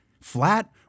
Flat